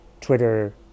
Twitter